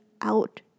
out